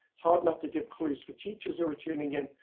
it's hard not to give clues for teachers are tuning in,